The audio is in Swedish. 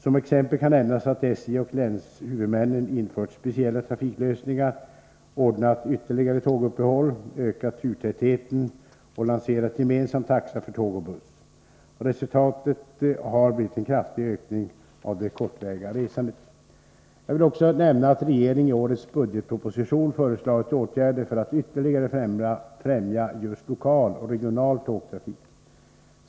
Som exempel kan nämnas att SJ och länshuvudmännen infört speciella trafiklösningar, ordnat ytterligare tåguppehåll, ökat turtätheten och lanserat gemensam taxa för tåg och buss. Resultatet har blivit en kraftig ökning av det kortväga tågresandet. Jag vill också nämna att regeringen i årets budgetproposition föreslagit åtgärder för att ytterligare främja just lokal och regional tågtrafik.